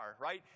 right